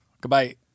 Goodbye